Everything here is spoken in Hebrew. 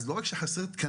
אז לא רק שחסר תקנים,